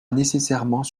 nécessairement